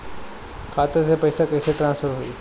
खाता से पैसा कईसे ट्रासर्फर होई?